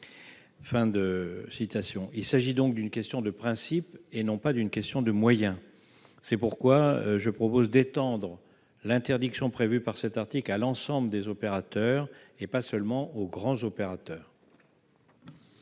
Il s'agit donc d'une question de principe et non de moyens. C'est pourquoi il est proposé d'étendre l'interdiction prévue par le présent article à l'ensemble des opérateurs et pas seulement aux grands opérateurs.